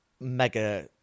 mega